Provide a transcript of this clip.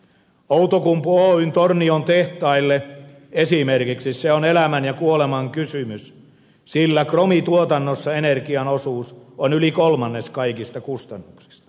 esimerkiksi outokumpu oyn tornion tehtaille se on elämän ja kuoleman kysymys sillä kromituotannossa energian osuus on yli kolmannes kaikista kustannuksista